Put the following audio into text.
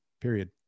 period